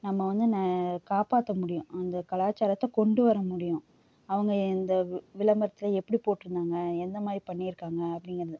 நம்ம வந்து காப்பாற்ற முடியும் அந்த கலாச்சாரத்தை கொண்டுவர முடியும் அவங்க எந்த விளம்பரத்தை எப்படி போட்டு இருந்தாங்க எந்தமாதிரி பண்ணி இருக்காங்க அப்படிங்குறது